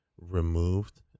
removed